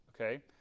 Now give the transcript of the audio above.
okay